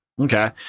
Okay